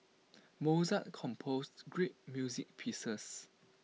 Mozart composed great music pieces